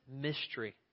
mystery